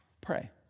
Pray